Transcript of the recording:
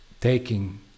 taking